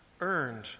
earned